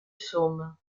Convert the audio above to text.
psaumes